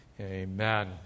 amen